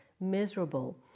miserable